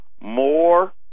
more